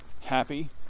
happy